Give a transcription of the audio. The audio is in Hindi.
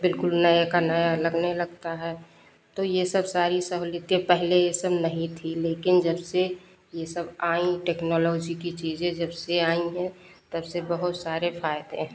बिल्कुल नए का नया लगने लगता है तो ये सब सारी सहूलियतें पहले ये सब नहीं थी लेकिन जब से ये सब आईं टेक्नोलोजी की चीज़ें जब से आई हैं तब से बहुत सारे फायदे हैं